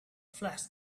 flash